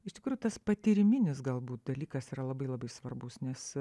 iš tikrųjų tas patyriminis galbūt dalykas yra labai labai svarbus nes